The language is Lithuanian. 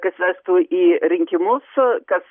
kas vestų į rinkimų kas